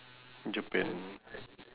japan